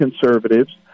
conservatives